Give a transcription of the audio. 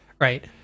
right